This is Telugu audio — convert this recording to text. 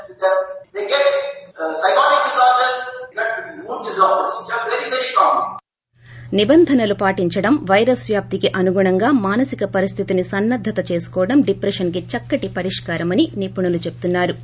ర్యాలీ నిబంధనలు పాటించడం పైరస్ వ్యాప్తికి అనుగూణంగామానసిక పరిస్థితిని సన్నద్దత చేసుకోవడం డిప్రెషన్ కి చక్కటి పరిష్కారమని నిపుణులు చెపున్నా రు